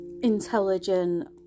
intelligent